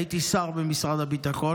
הייתי שר במשרד הביטחון,